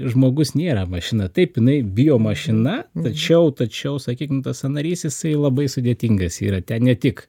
žmogus nėra mašina taip jinai bijo mašina tačiau tačiau sakykim tas sąnarys jisai labai sudėtingas yra ten ne tik